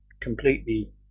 completely